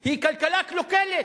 היא כלכלה קלוקלת,